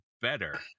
better